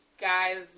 guys